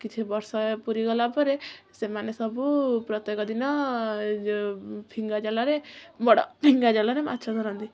କିଛି ବର୍ଷ ପୁରିଗଲା ପରେ ସେମାନେ ସବୁ ପ୍ରତ୍ୟେକ ଦିନ ଫିଙ୍ଗା ଜାଲରେ ବଡ଼ ଫିଙ୍ଗା ଜାଲରେ ମାଛ ଧରନ୍ତି